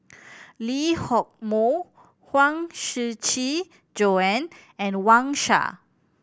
Lee Hock Moh Huang Shiqi Joan and Wang Sha